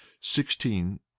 sixteen